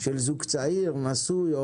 של זוג צעיר, נשוי.